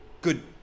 good